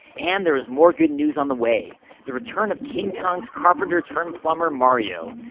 and, there was more good news on the way the return of king kong's carpenter turned plumber, mario.